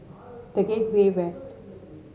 The Gateway West